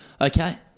okay